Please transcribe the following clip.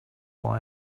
why